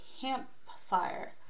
campfire